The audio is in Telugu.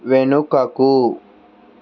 వెనుకకు